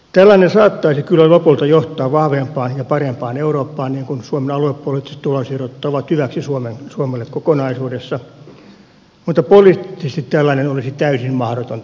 tällainen saattaisi kyllä lopulta johtaa vahvempaan ja parempaan eurooppaan niin kuin suomen aluepoliittiset tulonsiirrot ovat hyväksi suomelle kokonaisuudessa mutta poliittisesti tällainen olisi täysin mahdotonta